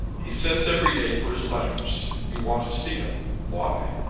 he sends every day for his letters. you want to see him. why?